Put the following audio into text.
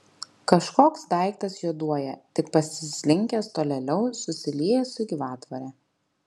kažkoks daiktas juoduoja tik pasislinkęs tolėliau susiliejęs su gyvatvore